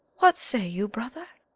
what say you, brother?